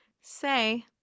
say